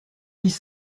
dix